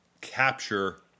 capture